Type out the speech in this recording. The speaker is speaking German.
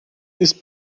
ist